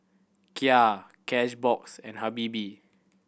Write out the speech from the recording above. Kia Cashbox and Habibie